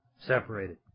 separated